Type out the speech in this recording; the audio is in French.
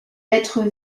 lettre